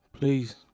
Please